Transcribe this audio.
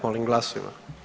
Molim glasujmo.